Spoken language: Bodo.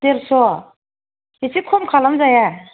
देरस' एसे खम खालाम जाया